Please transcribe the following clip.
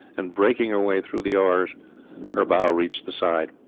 and breaking her way through the oars her bow reached the side.